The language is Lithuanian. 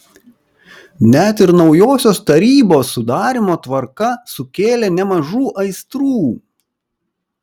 net ir naujosios tarybos sudarymo tvarka sukėlė nemažų aistrų